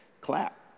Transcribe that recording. clap